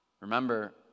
Remember